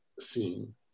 scene